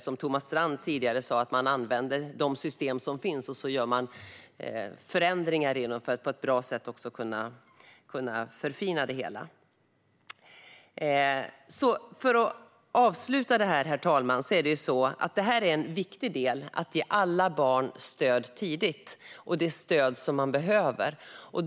Som Thomas Strand sa tidigare använder man de system som finns och gör förändringar i dem för att på ett bra sätt förfina det hela. För att avsluta, herr talman: Det är en viktig del att ge alla barn stöd tidigt - och det stöd de behöver.